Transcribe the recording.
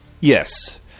Yes